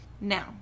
Now